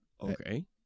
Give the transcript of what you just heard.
Okay